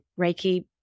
Reiki